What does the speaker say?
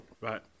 Right